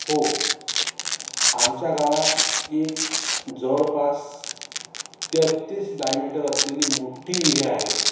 हो आमच्या गावात एक जवळपास तेहत्तीस डायमीटर असलेली मोठ्ठी विहीर आहे